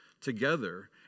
together